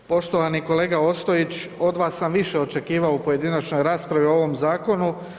Poštovani kolega Ostojić od vas sam više očekivao u pojedinačnoj raspravi o ovome zakonu.